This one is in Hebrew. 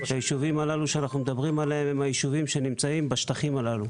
הישובים הללו שאנחנו מדברים עליהם הם ישובים שנמצאים בשטחים הללו.